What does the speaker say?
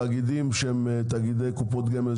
לתאגידים שהם תאגידי קופות גמל,